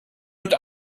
und